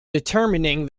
determining